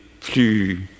plus